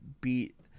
beat